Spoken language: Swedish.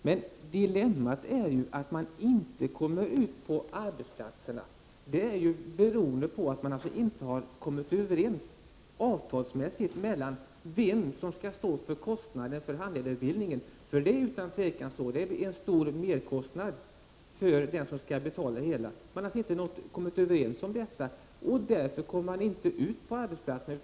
Men dilemmat är att eleverna inte kommer ut på arbetsplatserna, beroende på att man avtalsmässigt inte har kommit överens om vem som skall stå för kostnaderna för handledarutbildningen. Det är utan tvivel en stor merkostnad för den som skall betala denna utbildning. Man har alltså inte kommit överens om detta. Därför kommer eleverna inte ut på arbetsplatserna.